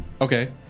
Okay